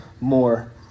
more